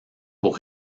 pour